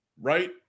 right